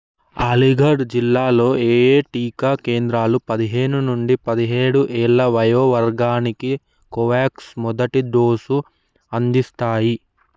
ఆలీగఢ్ జిల్లాలో ఏయే టీకా కేంద్రాలు పదిహేను నుండి పదిహేడు ఏళ్ళ వయో వర్గానికి కోవ్యాక్స్ మొదటి డోసు అందిస్తాయి